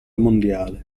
mondiale